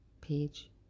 page